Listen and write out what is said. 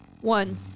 One